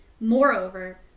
Moreover